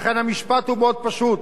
לכן המשפט הוא מאוד פשוט: